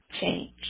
change